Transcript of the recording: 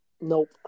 nope